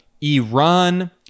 Iran